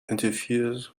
interferes